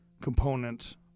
components